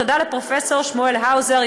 תודה לפרופ' שמואל האוזר,